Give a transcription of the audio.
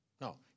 No